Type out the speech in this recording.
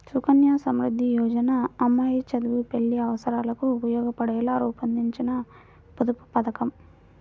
సుకన్య సమృద్ధి యోజన అమ్మాయి చదువు, పెళ్లి అవసరాలకు ఉపయోగపడేలా రూపొందించిన పొదుపు పథకం